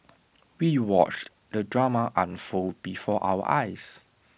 we watched the drama unfold before our eyes